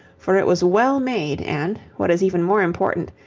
for it was well made and, what is even more important,